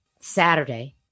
saturday